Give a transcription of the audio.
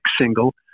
single